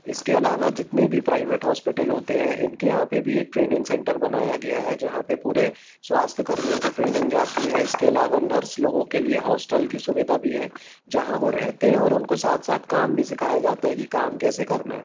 इसके अलावा जितने भी प्राइवेट हॉस्पिटल होते हैं इनके यहाँ पे भी एक ट्रेनिंग सेंटर बनाया गया है जहाँ पे पूरे स्वास्थ्य कर्मियों को ट्रेनिंग जाती है इसके अलावा नर्स लोगों के लिए हॉस्टल की सुविधा भी है जहाँ वो रहते हैं और उनको साथ साथ काम भी सिखाया जाता है कि काम कैसे करना है